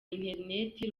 interineti